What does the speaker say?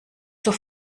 zur